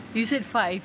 you said five